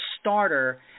starter